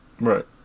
right